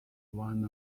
one